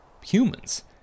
humans